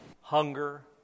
hunger